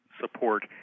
support